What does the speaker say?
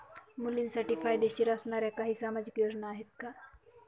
मुलींसाठी फायदेशीर असणाऱ्या काही सामाजिक योजना आहेत का?